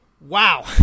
wow